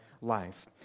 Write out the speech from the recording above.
life